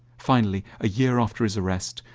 finally, a year after his arrest,